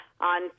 on